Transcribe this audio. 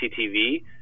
CCTV